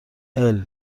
الروز